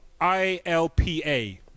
ILPA